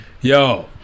Yo